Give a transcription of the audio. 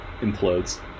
implodes